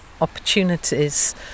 opportunities